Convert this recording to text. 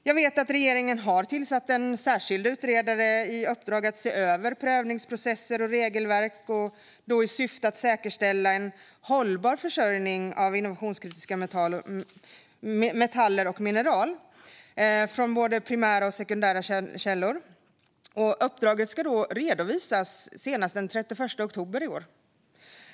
Jag vet att regeringen har tillsatt en särskild utredare som har fått i uppdrag att se över prövningsprocesser och regelverk i syfte att säkerställa en hållbar försörjning av innovationskritiska metaller och mineral från primära och sekundära källor. Uppdraget ska redovisas senast den 31 oktober i år.